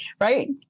right